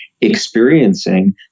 experiencing